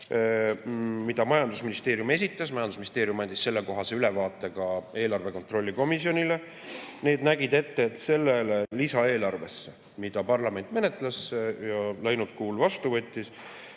mis majandusministeerium esitas. Majandusministeerium andis sellekohase ülevaate ka eelarve kontrolli erikomisjonile. Need nägid ette, et sellesse lisaeelarvesse, mida parlament menetles ja mille läinud kuul vastu võttis,